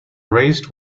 raised